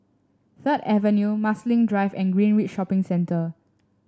Third Avenue Marsiling Drive and Greenridge Shopping Centre